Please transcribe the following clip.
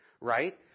right